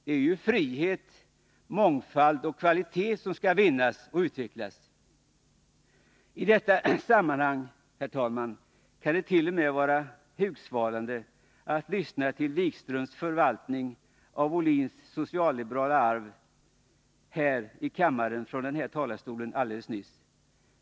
Det är ju frihet, mångfald och kvalitet som skall vinnas och utvecklas! Herr talman! I detta sammanhang kan det t.o.m. vara hugsvalande att lyssna till Jan-Erik Wikströms förvaltning av Ohlins socialliberala arv här i kammaren, från denna talarstol.